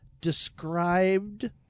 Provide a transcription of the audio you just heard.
Described